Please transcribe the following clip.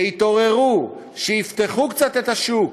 שיתעוררו, שיפתחו קצת את השוק,